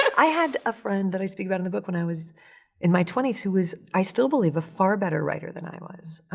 i had a friend that i speak about in the book when i was in my twenty s who was, i still believe, a far better writer than i was.